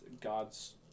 God's